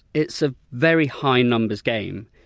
it's a very high numbers game,